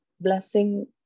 blessing